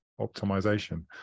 optimization